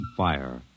fire